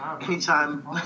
Anytime